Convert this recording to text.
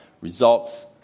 results